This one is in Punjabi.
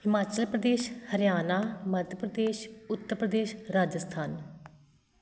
ਹਿਮਾਚਲ ਪ੍ਰਦੇਸ਼ ਹਰਿਆਣਾ ਮੱਧ ਪ੍ਰਦੇਸ਼ ਉੱਤਰ ਪ੍ਰਦੇਸ਼ ਰਾਜਸਥਾਨ